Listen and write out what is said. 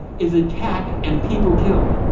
is attacked and people killed.